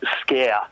scare